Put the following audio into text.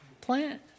plant